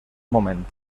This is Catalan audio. moment